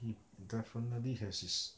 he definitely has his